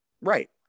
right